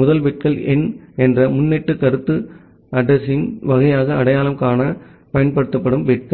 முதல் பிட்கள் எண் என்ற முன்னொட்டு கருத்து அட்ரஸிங்யின் வகையை அடையாளம் காண பயன்படுத்தப்படும் பிட்கள்